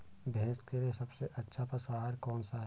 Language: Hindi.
भैंस के लिए सबसे अच्छा पशु आहार कौन सा है?